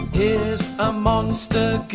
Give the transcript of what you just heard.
here's a monster